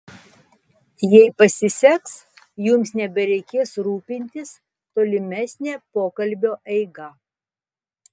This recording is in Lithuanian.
jei pasiseks jums nebereikės rūpintis tolimesne pokalbio eiga